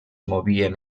movien